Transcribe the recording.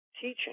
teaching